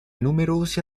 numerosi